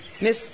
Miss